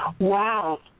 Wow